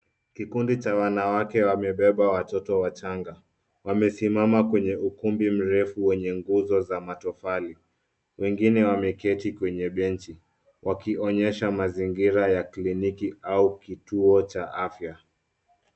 Kikundi cha wanawake wamebeba watoto wachanga. Wamesimama kwenye ukumbi mrefu wenye nguzo za matofali. Wengine wameketi kwenye benji, wakionyesha mazingira ya kliniki au kituo cha afya.